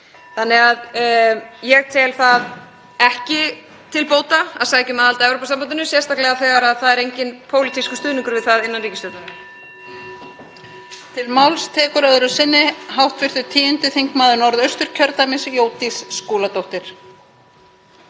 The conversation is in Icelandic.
Þannig að ég tel það ekki til bóta að sækja um aðild að Evrópusambandinu, sérstaklega þegar það er enginn pólitískur stuðningur við það innan ríkisstjórnarinnar.